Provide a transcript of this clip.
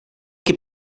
que